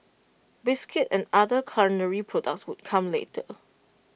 biscuits and other culinary products would come later